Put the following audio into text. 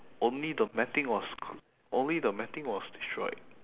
only the matting was c~ only the matting was was destroyed